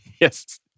Yes